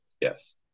Yes